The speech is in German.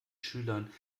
schülern